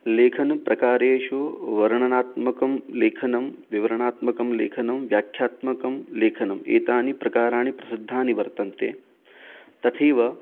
लेखनप्रकारेषु वर्णनात्मकं लेखनं विवरणात्मकं लेखनं व्याख्यात्मकं लेखनम् एतानि प्रकाराणि प्रसिद्धानि वर्तन्ते तथैव